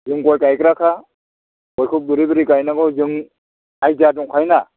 जों गय गायग्राखा गयखौ बोरै बोरै गायनांगौ जों आइदिया दंखायो ना